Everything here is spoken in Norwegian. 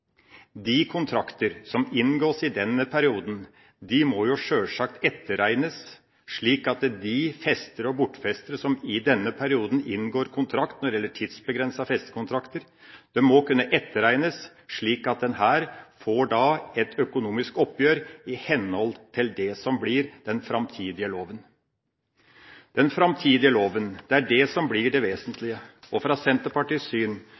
De kontrakter som inngås i denne perioden, må jo sjølsagt etterregnes, slik at de festere og bortfestere som i denne perioden inngår kontrakt når det gjelder tidsbegrensede festekontrakter, må kunne etterregne slik at det blir et økonomisk oppgjør i henhold til det som blir den framtidige loven. Det er den framtidige loven som blir det vesentlige. Senterpartiets syn